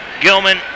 Gilman